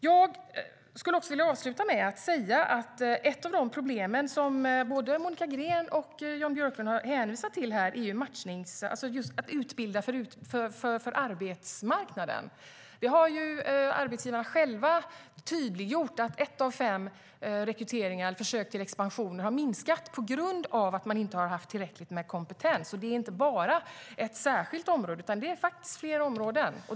Jag skulle vilja avsluta med att säga att ett av de problem både Monica Green och Jan Björklund har hänvisat till är att utbilda för arbetsmarknaden. Arbetsgivarna själva har tydliggjort att ett av fem försök till expansion genom rekrytering har misslyckats på grund av att det inte har funnits tillräckligt med kompetens, och det gäller inte bara ett område utan faktiskt flera.